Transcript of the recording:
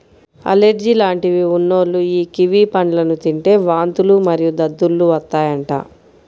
allergy లాంటివి ఉన్నోల్లు యీ కివి పండ్లను తింటే వాంతులు మరియు దద్దుర్లు వత్తాయంట